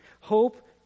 Hope